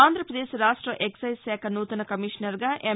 ఆంధ్రాపదేశ్ రాష్ట్ర ఎక్పైజ్శాఖ నూతన కమిషనర్గా ఎం